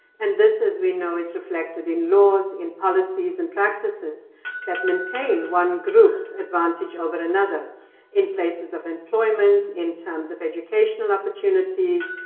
and this, as we know, is reflected in laws, in policies, and practices that maintain one group's advantage over another in places of employment, in terms of educational opportunities,